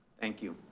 thank you.